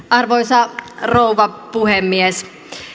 arvoisa rouva puhemies